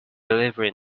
delivery